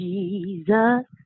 Jesus